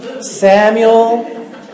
Samuel